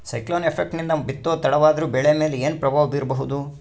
Cyclone effect ನಿಂದ ಬಿತ್ತೋದು ತಡವಾದರೂ ಬೆಳಿ ಮೇಲೆ ಏನು ಪ್ರಭಾವ ಬೀರಬಹುದು?